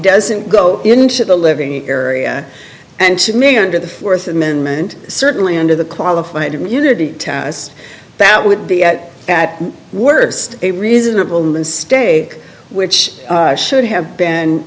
doesn't go into the living area and me under the th amendment certainly under the qualified immunity test that would be at at worst a reasonable mainstay which should have been